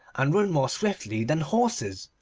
and run more swiftly than horses.